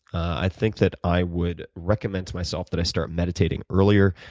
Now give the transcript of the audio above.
i think that i would recommend to myself that i start meditating earlier.